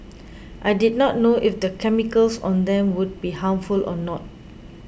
I did not know if the chemicals on them would be harmful or not